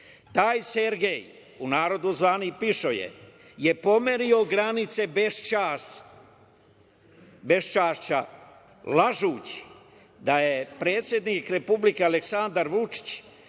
Taj Sergej, u narodu zvani pišoje, pomerio je granice beščašća lažući da je predsednik Republike Aleksandar Vučić